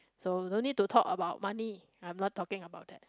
so no need to talk about money I'm not talking about that